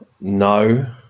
No